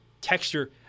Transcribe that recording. Texture